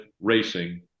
racing